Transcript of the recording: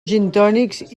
gintònics